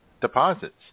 deposits